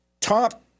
Top